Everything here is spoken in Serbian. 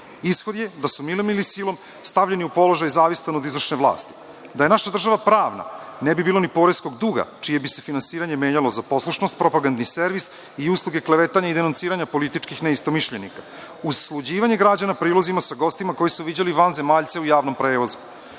Ishod je da su milom ili silom stavljeni u položaj zavistan od izvršne vlasti. Da je naša država pravna, ne bi bilo ni poreskog duga, čije bi se finansiranje menjalo za poslušnost, propagandni servis i usluge klevetanja i denunciranja političkih neistomišljenika, uz sluđivanje građana prilozima sa gostima koji su viđali vanzemaljce u javnom prevozu. Da